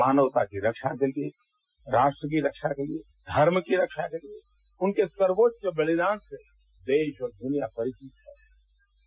मानवता की रक्षा के लिए राष्ट्र की रक्षा के लिए धर्म की रक्षा के लिए उनके सर्वोच्च बलिदान से देश और द्निया परिचित है